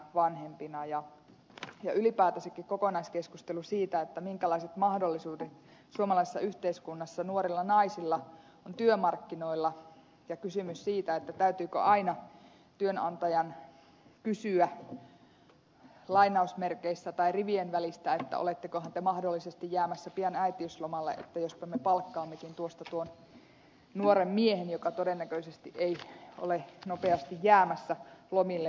ylipäätänsäkin on tärkeää kokonaiskeskustelu siitä minkälaiset mahdollisuudet suomalaisessa yhteiskunnassa nuorilla naisilla on työmarkkinoilla ja kysymys siitä täytyykö aina työnantajan kysyä lainausmerkeissä tai rivien välistä olettekohan te mahdollisesti jäämässä pian äitiyslomalle että jospa me palkkaammekin tuosta tuon nuoren miehen joka todennäköisesti ei ole nopeasti jäämässä lomille